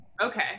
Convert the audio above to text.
Okay